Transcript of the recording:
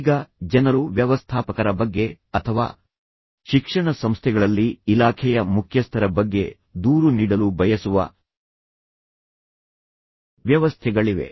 ಈಗ ಜನರು ವ್ಯವಸ್ಥಾಪಕರ ಬಗ್ಗೆ ಅಥವಾ ಶಿಕ್ಷಣ ಸಂಸ್ಥೆಗಳಲ್ಲಿ ಇಲಾಖೆಯ ಮುಖ್ಯಸ್ಥರ ಬಗ್ಗೆ ದೂರು ನೀಡಲು ಬಯಸುವ ವ್ಯವಸ್ಥೆಗಳಿವೆ